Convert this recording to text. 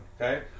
okay